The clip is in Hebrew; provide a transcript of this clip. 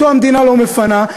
אותו המדינה לא מפנה,